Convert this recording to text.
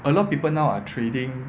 a lot of people now are trading